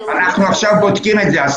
אנחנו עכשיו בודקים את זה.